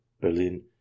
Berlin